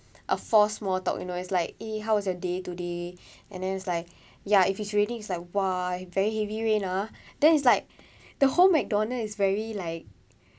a for small talk you know it's like eh how was your day today and then it's like ya if it's raining it's like !wah! very heavy rain ah then it's like the whole McDonald's is very like